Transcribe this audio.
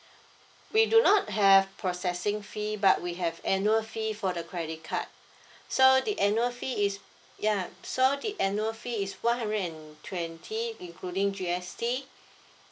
we do not have processing fee but we have annual fee for the credit card so the annual fee is ya so the annual fee is one hundred and twenty including G_S_T